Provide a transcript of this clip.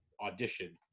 audition